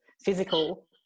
physical